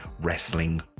wrestling